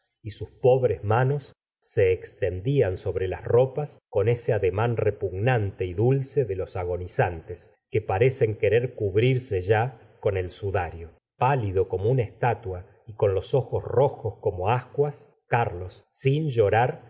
y sus pobres manos se extendían sobj'e las ropas con ese ademán repugnante y dulce de los agonizantes que parecen querer cubrirse ya con el sudario pálido como una estatua y con los ojos rojos co mo ascuas carlos sin llorar